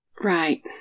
Right